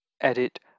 edit